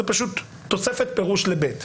זאת פשוט תוספת פירוש ל-(ב).